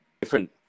different